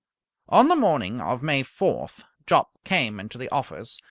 on the morning of may fourth jopp came into the office,